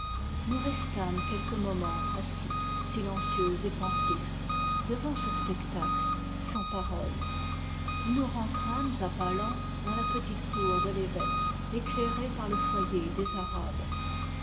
nous restâmes quelques momens assis silencieux et pensifs devant ce spectacle sans paroles et nous rentrâmes à pas lents dans la petite cour de l'évêque éclairée par le foyer des arabes